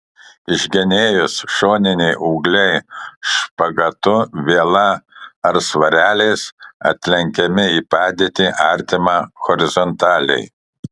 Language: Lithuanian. išgenėjus šoniniai ūgliai špagatu viela ar svareliais atlenkiami į padėtį artimą horizontaliai